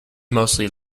mostly